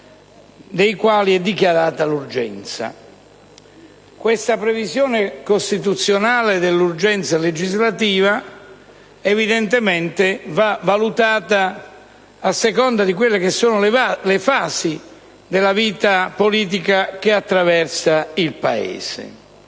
dei quali è dichiarata l'urgenza». Questa previsione costituzionale dell'urgenza legislativa evidentemente va valutata a seconda delle fasi della vita politica che il Paese